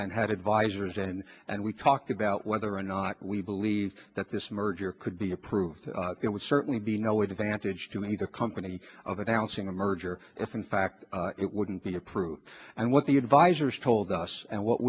and had advisors and and we talked about whether or not we believe that this merger could be approved it would certainly be no weight advantage to any the company of announcing a merger if in fact it wouldn't be approved and what the advisors told us and what